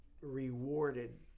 rewarded